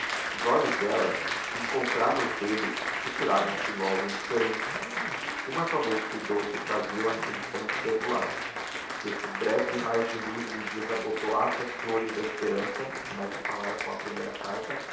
os olhos dela se encontravam os dele retiravam-se logo indiferentes uma só vez cuidou que traziam a intenção de perdoar que esse breve raio de luz lhe desabotoasse as flores da esperança